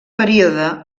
període